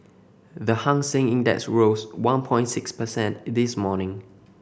the Hang Seng Index rose one point six percent in this morning